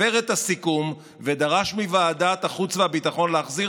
הפר את הסיכום ודרש מוועדת החוץ והביטחון להחזיר